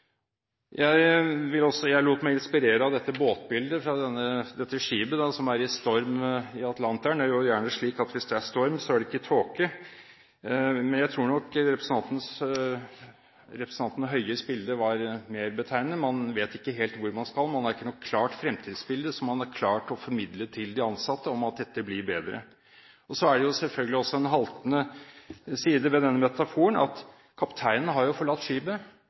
Jeg lot meg inspirere av dette båtbildet, dette skipet som er i storm i Atlanteren. Det er jo gjerne slik at hvis det er storm, er det ikke tåke. Men jeg tror nok representanten Høies bilde var mer betegnende: Man vet ikke helt hvor man skal, man har ikke noe klart fremtidsbilde som man har klart å formidle til de ansatte om at det blir bedre. Så er det selvfølgelig en haltende side ved den metaforen. Kapteinen har jo forlatt